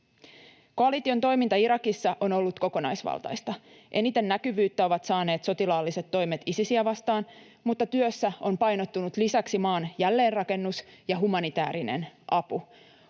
Koalition toiminta Irakissa on ollut kokonaisvaltaista. Eniten näkyvyyttä ovat saaneet sotilaalliset toimet Isisiä vastaan, mutta työssä ovat painottuneet lisäksi maan jälleenrakennus ja humanitäärinen apu.